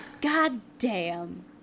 goddamn